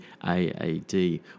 AAD